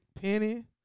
Penny